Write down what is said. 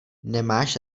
nemáš